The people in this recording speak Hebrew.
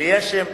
ליה שמטוב,